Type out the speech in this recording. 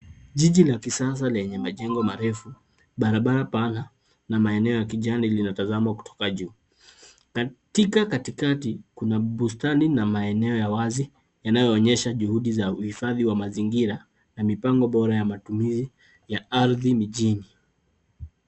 Jiji la kisasa lenye majengo marefu, barabara pana na maeneo ya kijani linatazamwa kutoka juu. Katika katikati, kuna bustani na maeneo ya wazi yanayoonyesha juhudi za uhifadhi wa mazingira na mipango bora ya matumizi ya ardhi mijini.